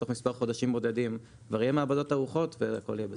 תוך מספר חודשים בודדים כבר יהיו מעבדות ערוכות והכול יהיה בסדר.